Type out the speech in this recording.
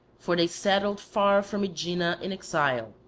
for they settled far from aegina in exile,